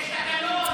יש תקנון,